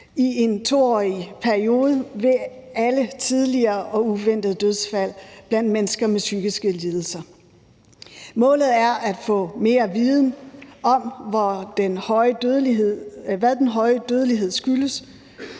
i en 2-årig periode ved alle tidlige og uventede dødsfald blandt mennesker med psykiske lidelser. Målet er at få mere viden om, hvad den høje dødelighed skyldes.